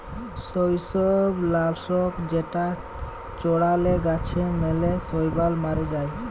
শৈবাল লাশক যেটা চ্ড়ালে গাছে ম্যালা শৈবাল ম্যরে যায়